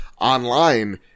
online